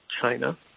China